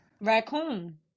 Raccoon